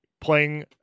playing